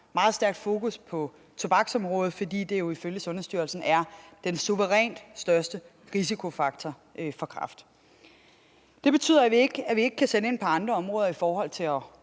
meget stærkt fokus på tobaksområdet, fordi det jo ifølge Sundhedsstyrelsen er den suverænt største risikofaktor for kræft. Det betyder ikke, at vi ikke kan sætte ind på andre områder i forhold til at